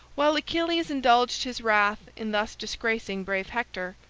while achilles indulged his wrath in thus disgracing brave hector,